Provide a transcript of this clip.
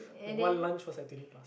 like one lunch was like twenty